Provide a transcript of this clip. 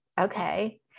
okay